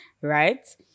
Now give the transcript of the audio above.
Right